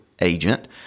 agent